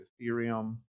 Ethereum